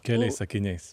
keliais sakiniais